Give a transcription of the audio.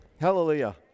Hallelujah